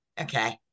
Okay